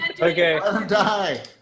okay